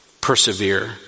persevere